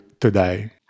today